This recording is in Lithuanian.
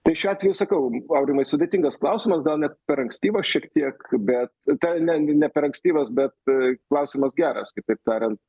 tai šiuo atveju sakau aurimai sudėtingas klausimas gal net per ankstyvas šiek tiek bet ta ne ne per ankstyvas bet klausimas geras kitaip tariant